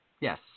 Yes